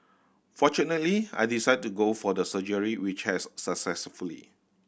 fortunately I decided to go for the surgery which has successfully